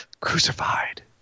crucified